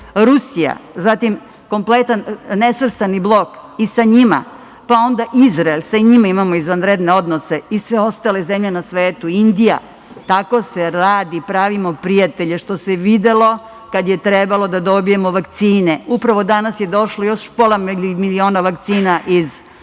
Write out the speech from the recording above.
Rusija, zatim, kompletan nesvrstani blok i sa njima, pa onda Izrael, sa njima imamo izvanredne odnose i sve ostale zemlje na svetu, Indija. Tako se radi, pravimo prijatelje, što se videlo kad je trebalo da dobijemo vakcine. Upravo danas je došlo još pola miliona vakcina iz Narodne